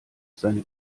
seine